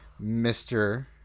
Mr